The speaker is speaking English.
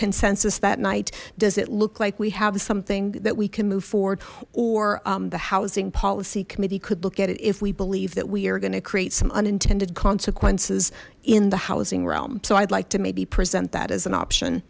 consensus that night does it look like we have something that we can move forward or the housing policy committee could look at it if we believe that we are going to create some unintended consequences in the housing realm so i'd like to maybe present that as an option